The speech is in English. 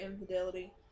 infidelity